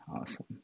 Awesome